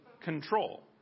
control